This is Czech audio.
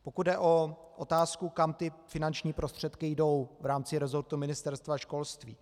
Pokud jde o otázku, kam ty finanční prostředky jdou v rámci rezortu ministerstva školství.